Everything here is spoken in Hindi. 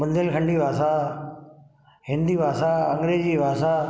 बुंदेलखंडी भाषा हिंदी भाषा अंग्रेजी भाषा